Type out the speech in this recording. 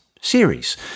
series